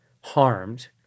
harmed